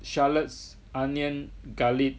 shallots onion garlic